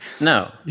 No